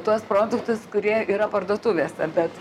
tuos produktus kurie yra parduotuvėse bet